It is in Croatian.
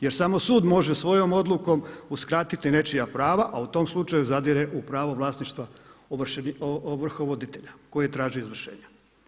Jer samo sud može svojom odlukom uskratiti nečija prava a u tom slučaju zadire u pravo vlasništva ovrhovoditelja koji traži izvršenja.